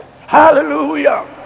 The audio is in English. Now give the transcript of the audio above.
Hallelujah